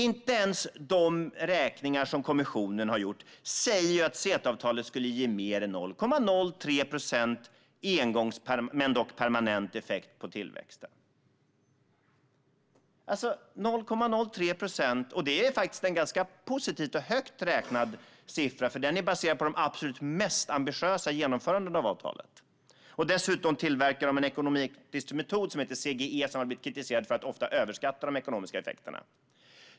Inte ens de beräkningar som kommissionen har gjort säger att CETA-avtalet skulle ge mer än 0,03 procent i engångs men dock permanent effekt på tillväxten. 0,03 procent är en faktiskt ganska positivt och högt räknad siffra, för den är baserad på de absolut mest ambitiösa genomförandena av avtalet. Dessutom har man använt en metod som heter CGE, som har blivit kritiserad för att ofta överskatta de ekonomiska effekterna.